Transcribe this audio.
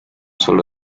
solo